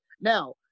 Now